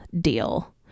deal